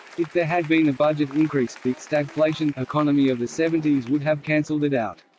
if there had been a budget increase, the stagflation economy of the seventies would have cancelled it out.